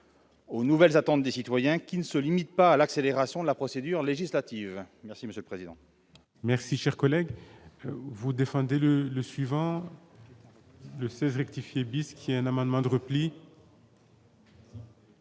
aux nouvelles attentes des citoyens qui ne se limite pas à l'accélération de la procédure législative, merci monsieur le président.